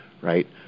right